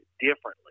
differently